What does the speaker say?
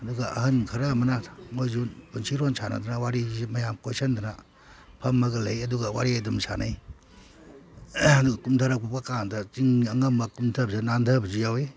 ꯑꯗꯨꯒ ꯑꯍꯟ ꯈꯔ ꯑꯃꯅ ꯃꯣꯏꯁꯨ ꯄꯨꯟꯁꯤꯔꯣꯟ ꯁꯥꯟꯅꯗꯅ ꯋꯥꯔꯤ ꯃꯌꯥꯝ ꯀꯣꯏꯁꯤꯟꯗꯅ ꯐꯝꯃꯒ ꯂꯩ ꯑꯗꯨꯒ ꯋꯥꯔꯤ ꯑꯗꯨꯝ ꯁꯥꯟꯅꯩ ꯑꯗꯨꯒ ꯀꯨꯝꯗꯔꯛꯄ ꯀꯥꯟꯗ ꯆꯤꯡ ꯑꯉꯝꯕ ꯀꯨꯝꯗꯕꯁꯤꯗ ꯅꯥꯟꯗꯕꯁꯨ ꯌꯥꯎꯏ